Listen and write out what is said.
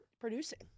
producing